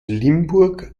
limburg